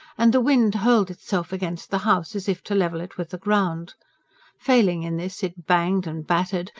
and the wind hurled itself against the house as if to level it with the ground failing in this, it banged and battered,